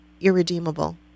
irredeemable